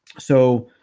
so